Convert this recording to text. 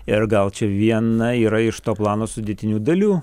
ir gal čia viena yra iš to plano sudėtinių dalių